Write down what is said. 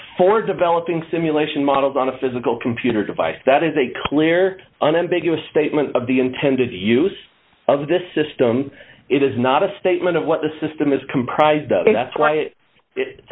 for developing simulation models on a physical computer device that is a clear unambiguous statement of the intended use of this system it is not a statement of what the system is comprised of that's why it